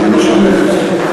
לא, אני לא שומע את עצמי.